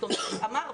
הוא אמר,